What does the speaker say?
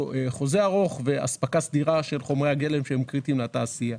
חוזה ארוך ואספקה סדירה של חומרי הגלם שהם קריטיים לתעשייה.